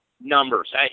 numbers